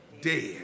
dead